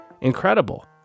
Incredible